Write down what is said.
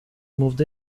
moved